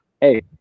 hey